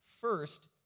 first